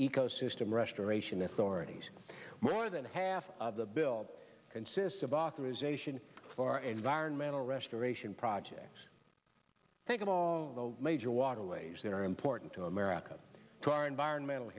ecosystem restoration effort already more than half of the bill consists of authorisation for environmental restoration projects think of all the major waterways that are important to america to our environmental